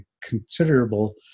considerable